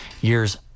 years